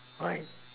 right